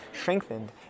strengthened